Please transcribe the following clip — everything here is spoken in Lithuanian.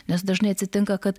nes dažnai atsitinka kad